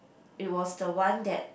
it was the one that